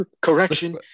correction